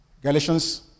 Galatians